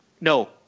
no